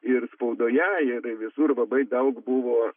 ir spaudoje ir visur labai daug buvo